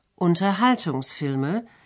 Unterhaltungsfilme